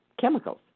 chemicals